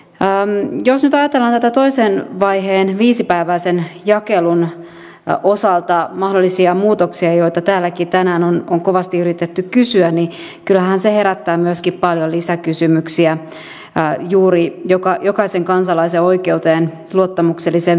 jos nyt ajatellaan tämän toisen vaiheen viisipäiväisen jakelun osalta mahdollisia muutoksia joita täälläkin tänään on kovasti yritetty kysyä niin kyllähän se herättää myöskin paljon lisäkysymyksiä juuri jokaisen kansalaisen oikeudesta luottamukselliseen viestintään